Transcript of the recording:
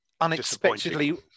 unexpectedly